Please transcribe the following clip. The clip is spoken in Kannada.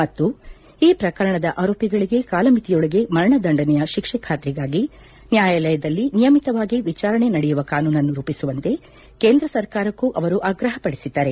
ಮತ್ತು ಈ ಪ್ರಕರಣದ ಆರೋಪಿಗಳಿಗೆ ಕಾಲಮಿತಿಯೊಳಗೆ ಮರಣದಂಡನೆಯ ಶಿಕ್ಷೆ ಬಾತ್ರಿಗಾಗಿ ನ್ಯಾಯಾಲಯದಲ್ಲಿ ನಿಯಮಿತವಾಗಿ ವಿಚಾರಣೆ ನಡೆಯುವ ಕಾನೂನನ್ನು ರೂಪಿಸುವಂತೆ ಕೇಂದ್ರ ಸರ್ಕಾರಕ್ಕೂ ಅವರು ಆಗ್ರಹಪಡಿಸಿದ್ದಾರೆ